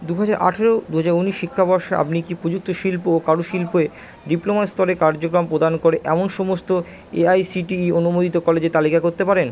দু হাজার আঠারো দু হাজার উনিশ শিক্ষাবর্ষে আপনি কি প্রযুক্তি শিল্প ও কারুশিল্পে ডিপ্লোমা স্তরের কার্যক্রম প্রদান করে এমন সমস্ত এআইসিটিই অনুমোদিত কলেজের তালিকা করতে পারেন